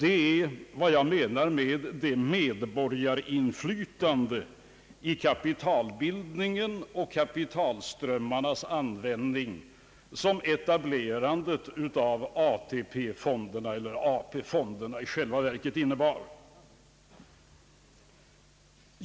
Det var det medborgarinflytande på kapitalbildningen och kapitalströmmarnas användning som etablerandet av AP-fonderna i själva verket innebar.